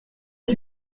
que